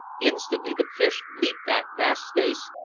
instantly the fish leaped that vast space,